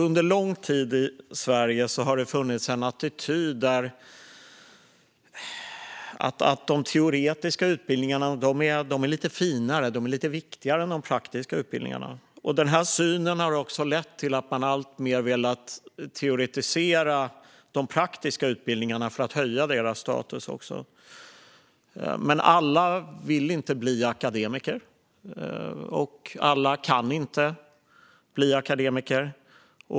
Under lång tid i Sverige har det funnits en attityd att de teoretiska utbildningarna är lite finare och lite viktigare än de praktiska utbildningarna. Synen har lett till att man alltmer velat teoretisera de praktiska utbildningarna för att höja deras status. Men alla vill inte bli akademiker, och alla kan inte bli akademiker.